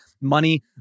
money